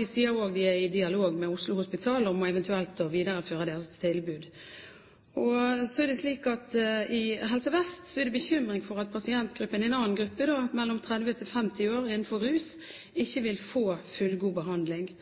De sier også at de er i dialog med Oslo Hospital om eventuelt å videreføre deres tilbud. Så er man i Helse Vest bekymret for at en annen pasientgruppe, gruppen mellom 30 og 50 år innenfor rus, ikke vil få